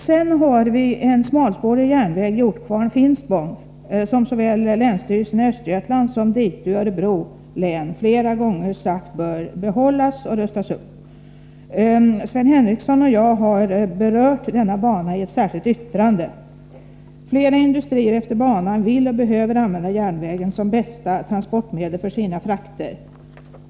Sedan har vi en smalspårig bana Hjortkvarn-Finspång, som såväl länsstyrelsen i Östergötland som länsstyrelsen i Örebro län flera gånger sagt bör behållas och rustas upp. Sven Henricsson och jag har berört denna bana i ett särskilt yttrande. Flera industrier efter banan vill och behöver använda järnvägen som bästa transportmedel för sina frakter.